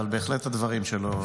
אבל בהחלט הדברים שלו,